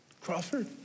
Crawford